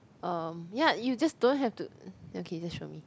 um ya you just don't have to okay that's wrong